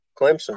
Clemson